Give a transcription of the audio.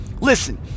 Listen